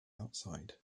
outside